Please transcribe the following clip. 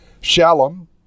Shalom